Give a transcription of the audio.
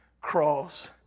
cross